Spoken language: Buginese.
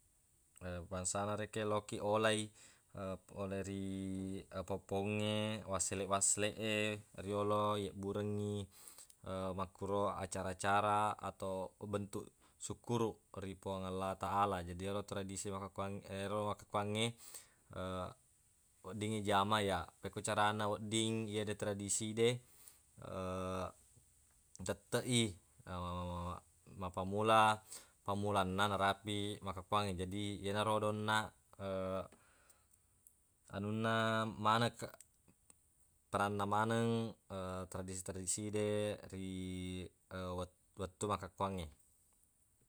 bangsana rekeng loki olai olai ri poppongnge wasseleq-wasseleqe riyolo yibburengngi makkuro acara-cara atau bentuq sukkuruq ri puang alla taala. Jadi yeri tradisi makkukuang ero makkukuangnge weddingngi ijama ya pekkoi carana wedding yede tradisi de tetteq i mappammula pammulanna narapi makkukuangnge. Jadi yenarodo onnaq anunna maneng ke- peranna maneng tradisi-tradiside ri wet- wettu makkukuangnge.